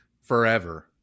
forever